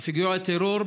בפיגועי טרור,